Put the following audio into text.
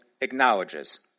acknowledges